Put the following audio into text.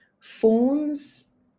forms